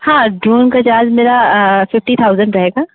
हाँ ड्रोन का चार्ज मेरा फिफ्टी थाउजेंड रहेगा